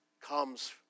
comes